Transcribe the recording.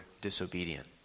disobedient